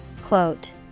Quote